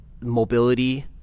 mobility